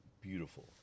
beautiful